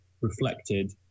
reflected